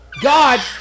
God